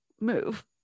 move